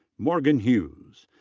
morgan hughes.